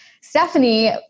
Stephanie